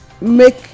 make